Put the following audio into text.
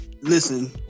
listen